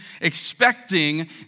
expecting